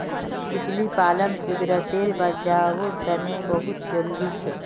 तितली पालन कुदरतेर बचाओर तने बहुत ज़रूरी छे